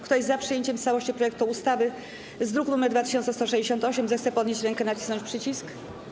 Kto jest za przyjęciem w całości projektu ustawy w brzmieniu z druku nr 2168, zechce podnieść rękę i nacisnąć przycisk.